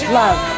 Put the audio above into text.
love